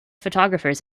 photographers